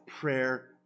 prayer